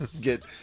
Get